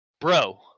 Bro